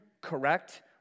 correct